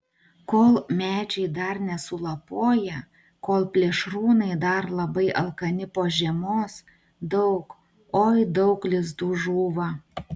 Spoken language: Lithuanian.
kol medžiai dar nesulapoję kol plėšrūnai dar labai alkani po žiemos daug oi daug lizdų žūva